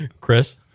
Chris